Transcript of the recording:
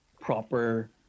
proper